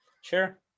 Sure